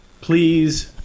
Please